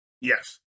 Yes